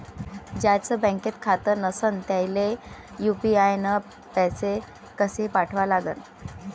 ज्याचं बँकेत खातं नसणं त्याईले यू.पी.आय न पैसे कसे पाठवा लागन?